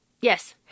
Yes